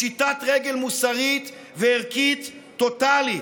פשיטת רגל מוסרית וערכית טוטלית.